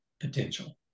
potential